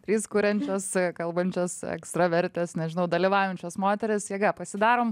trys kuriančios kalbančios ekstravertės nežinau dalyvaujančios moterys jėga pasidarom